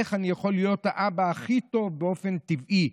איך אני יכול להיות האבא הכי טוב באופן טבעי.